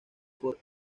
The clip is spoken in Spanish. por